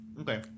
Okay